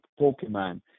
Pokemon